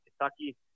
Kentucky